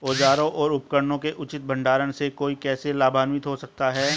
औजारों और उपकरणों के उचित भंडारण से कोई कैसे लाभान्वित हो सकता है?